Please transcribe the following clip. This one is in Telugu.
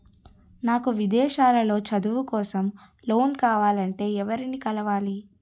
నాకు విదేశాలలో చదువు కోసం లోన్ కావాలంటే ఎవరిని కలవాలి?